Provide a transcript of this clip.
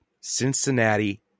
Cincinnati